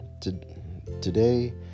Today